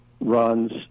runs